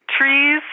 trees